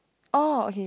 orh okay